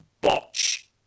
botch